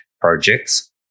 projects